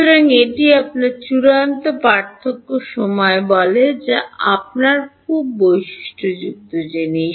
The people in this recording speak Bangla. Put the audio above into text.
সুতরাং এটি আপনার চূড়ান্ত পার্থক্য সময় বলে যা আপনার খুব বৈশিষ্ট্যযুক্ত জিনিস